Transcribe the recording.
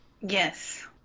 Yes